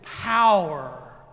power